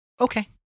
Okay